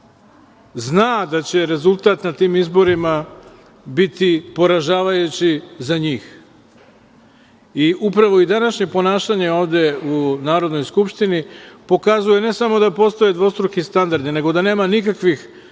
zna da će rezultat na tim izborima biti poražavajući za njih. I upravo i današnje ponašanje ovde u Narodnoj Skupštini pokazuje, ne samo da postoje dvostruki standardi, nego da nema nikakvih